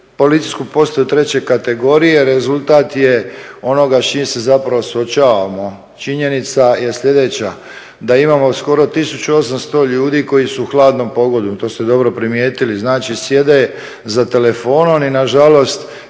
Policijsku postaju treće kategorije rezultat je onoga s čim se suočavamo. Činjenica je sljedeća da imamo skoro 1800 ljudi koji su u hladnom pogonu, to ste dobro primijetili, znači sjede za telefonom i nažalost